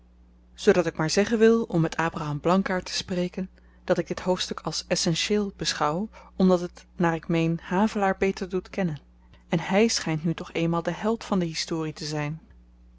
zoodat ik maar zeggen wil om met abraham blankaart te spreken dat ik dit hoofdstuk als essentieel beschouw omdat het naar ik meen havelaar beter doet kennen en hy schynt nu toch eenmaal de held van de historie te zyn